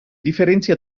differenzia